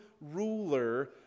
ruler